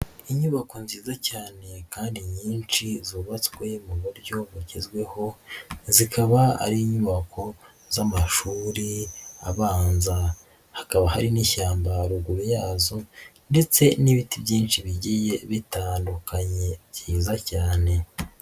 Inyubako nziza cyane kandi nyinshi zubatswe mu buryo bugezweho, zikaba ari inyubako z'amashuri abanza, hakaba hari n'ishyamba haruguru yazo ndetse n'ibiti byinshi bigiye bitandukanye byiza cyane.